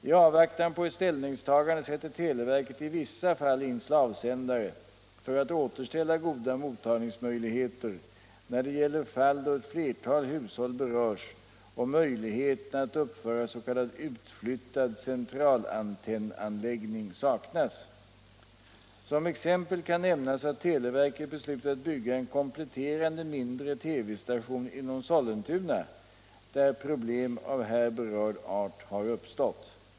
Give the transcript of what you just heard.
I avvaktan på ett ställningstagande sätter televerket i vissa fall in slavsändare för att återställa goda mottagningsmöjligheter när det gäller fall då ett flertal hushåll berörs och möjligheterna att uppföra s.k. utflyttad centralantennanläggning saknas. Som exempel kan nämnas att televerket beslutat bygga en kompletterande mindre TV-station inom Sollentuna, där problem av här berörd art har uppstått.